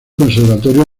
conservatorio